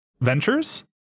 ventures